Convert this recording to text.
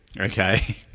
Okay